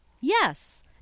Yes